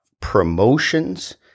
promotions